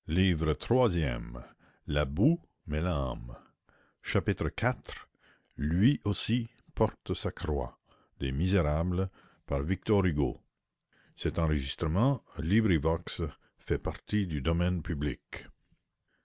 iv lui aussi porte sa croix